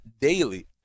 daily